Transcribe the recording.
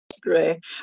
Great